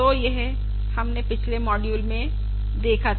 तो यह हमने पिछले मॉड्यूल में देखा था